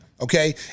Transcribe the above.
okay